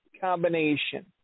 combination